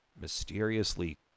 mysteriously